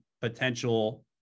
potential